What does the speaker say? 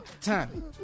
Time